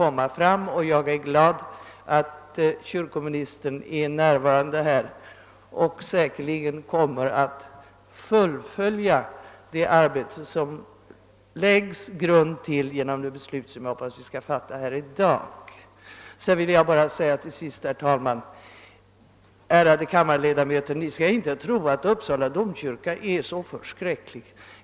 Jag är glad över att kyrkoministern är närvarande och säkerligen kommer att fullfölja det arbete vartill grunden läggs genom det beslut som jag hoppas att vi skall fatta här i dag. Till sist vill jag bara säga, herr talman, ärade kammareledamöter : Ni skall inte tro att Uppsala domkyrka är så förskräcklig.